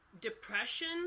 depression